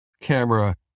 camera